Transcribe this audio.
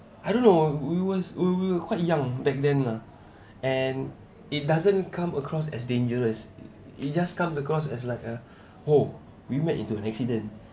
I don't know we was we were quite young back then lah and it doesn't come across as dangerous it it just comes across as like uh oh we met into an accident